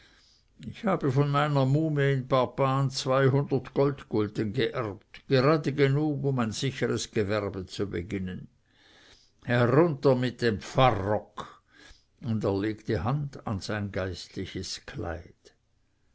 ich habe von meiner muhme in parpan zweihundert goldgulden geerbt gerade genug um ein sicheres gewerbe zu beginnen herunter mit dem pfarrock und er legte hand an sein geistliches kleid